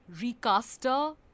recaster